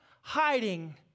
hiding